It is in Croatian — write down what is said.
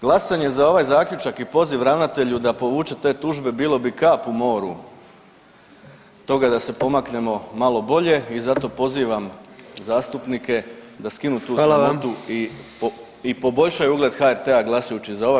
Glasanje za ovaj zaključak i poziv ravnatelju da povuče te tužbe bilo bi kap u moru toga da se pomaknemo malo bolje i zato pozivam zastupnike da skinu tu sramotu i poboljšaju ugled HRT-a glasajući za ovaj.